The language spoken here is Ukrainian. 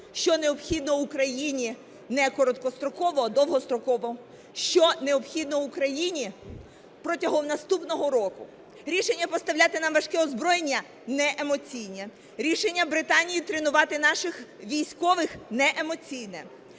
що необхідно Україні не короткострокова, а довгостроково, що необхідно Україні протягом наступного року. Рішення поставляти нам важке озброєння – не емоційне, рішення Британії тренувати наших військових – не емоційне,